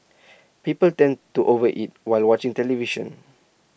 people tend to over eat while watching television